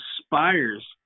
inspires